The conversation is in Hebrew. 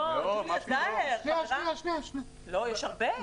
לא, יש הרבה.